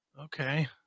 Okay